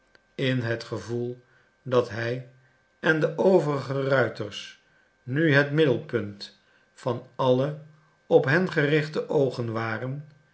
in het gevoel dat hij en de overige ruiters nu het middelpunt van alle op hen gerichte oogen waren